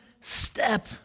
step